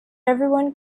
everyone